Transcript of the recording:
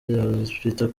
hospital